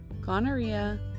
gonorrhea